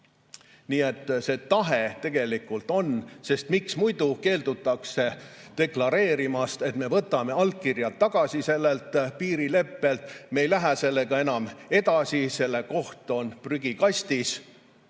Nii et see tahe tegelikult on. Miks muidu keeldutakse deklareerimast, et me võtame allkirja sellelt piirileppelt tagasi, me ei lähe sellega enam edasi, selle koht on prügikastis?